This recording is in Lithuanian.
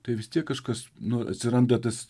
tai vis tiek kažkas nu atsiranda tas